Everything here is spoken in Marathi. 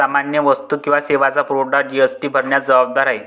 सामान्य वस्तू किंवा सेवांचा पुरवठादार जी.एस.टी भरण्यास जबाबदार आहे